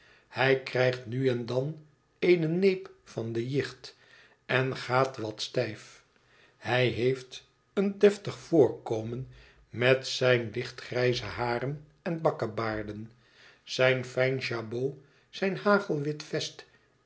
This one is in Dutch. hij krijgt nu en dan eene neep van de jicht en gaat wat stijf hij heeft een deftig voorkomen met zijne lichtgrijze haren en bakkebaarden zijn fijnen jabot zijn hagelwit vest